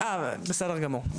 בסדר גמור.